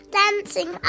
dancing